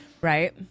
Right